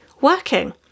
working